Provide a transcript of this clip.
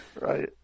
Right